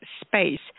space